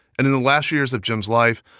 and in the last years of jim's life,